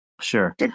sure